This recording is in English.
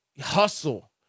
hustle